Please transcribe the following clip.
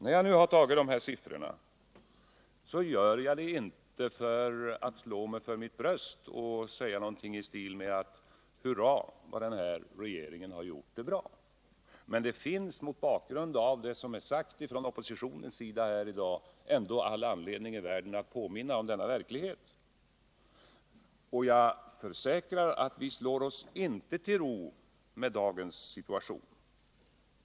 Närjag nu tar fram dessa siffror gör jag det inte för att slå mig för bröstet och säga: ”Hurra vad den här regeringen har gjort det bra!” Men det finns, mot bakgrund av vad som har sagts från oppositionens sida, ändå all anledning i världen att påminna om denna verklighet. Jag försäkrar att vi slår oss inte till ro med dagens situation.